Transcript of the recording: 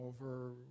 over